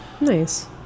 Nice